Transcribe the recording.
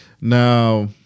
Now